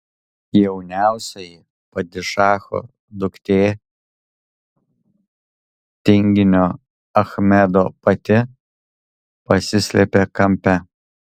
jauniausioji padišacho duktė tinginio achmedo pati pasislėpė kampe